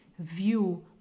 View